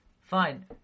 fine